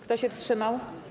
Kto się wstrzymał?